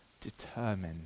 determined